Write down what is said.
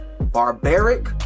barbaric